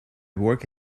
work